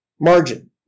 margin